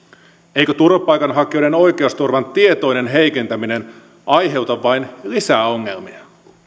eikö turvapaikanhakijoiden oikeusturvan tietoinen heikentäminen aiheuta vain lisää ongelmia